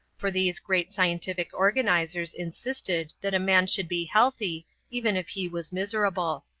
for these great scientific organizers insisted that a man should be healthy even if he was miserable.